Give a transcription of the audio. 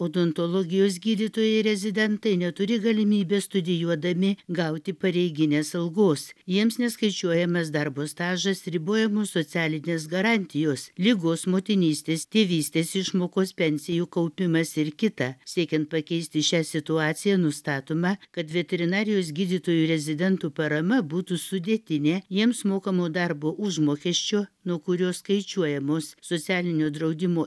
odontologijos gydytojai rezidentai neturi galimybės studijuodami gauti pareiginės algos jiems neskaičiuojamas darbo stažas ribojamos socialinės garantijos ligos motinystės tėvystės išmokos pensijų kaupimas ir kita siekiant pakeisti šią situaciją nustatoma kad veterinarijos gydytojų rezidentų parama būtų sudėtinė jiems mokamo darbo užmokesčio nuo kurio skaičiuojamos socialinio draudimo